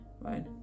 right